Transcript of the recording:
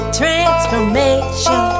transformation